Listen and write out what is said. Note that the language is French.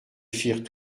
firent